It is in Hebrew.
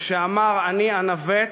וכשאמר "אני אנווט",